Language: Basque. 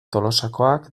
tolosakoak